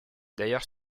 d’ailleurs